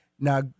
now